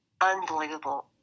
unbelievable